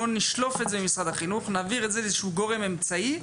בואו נשלוף את זה ממשרד החינוך ונעביר את זה לאיזשהו גורם אמצעי,